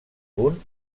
punt